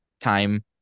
time